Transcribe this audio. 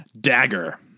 Dagger